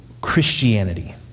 Christianity